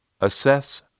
assess